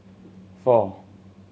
four